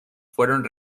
fueron